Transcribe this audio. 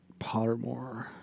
Pottermore